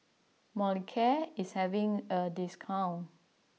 Molicare is having a discount